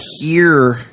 hear